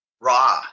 raw